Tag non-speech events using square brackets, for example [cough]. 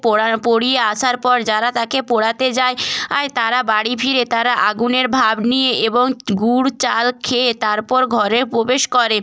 পোড়া পুড়িয়ে আসার পর যারা তাকে পোড়াতে যায় [unintelligible] তারা বাড়ি ফিরে তারা আগুনের ভাপ নিয়ে এবং গুঁড় চাল খেয়ে তারপর ঘরে প্রবেশ করে